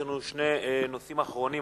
יש לנו שני נושאים אחרונים,